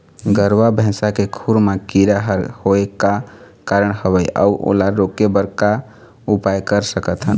गरवा भैंसा के खुर मा कीरा हर होय का कारण हवए अऊ ओला रोके बर का उपाय कर सकथन?